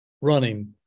running